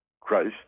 Christ